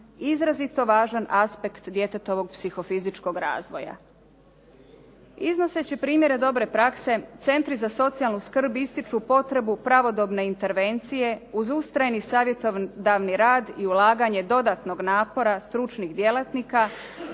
izrazito važan aspekt djetetovog psihofizičkog razvoja. Iznoseći primjere dobre prakse, centri za socijalnu skrb ističu potrebu pravodobne intervencije uz ustrajni savjetodavni rad i ulaganje dodatnog napora stručnih djelatnika